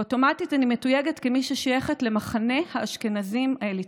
ואוטומטית אני מתויגת כמי ששייכת למחנה האשכנזים האליטיסטי.